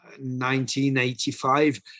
1985